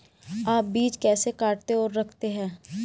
आप बीज कैसे काटते और रखते हैं?